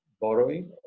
borrowing